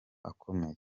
akomeye